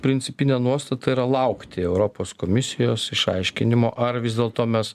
principinė nuostata yra laukti europos komisijos išaiškinimo ar vis dėlto mes